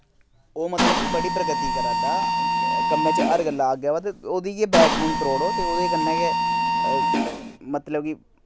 ओह् मतलब कि बड़ी प्रगति करा दा कम्मै च हर गल्ला अग्गें आवा दा ओह्दी गै बैकबोन त्रोड़ो ते ओह्दे कन्नै गै मतलब कि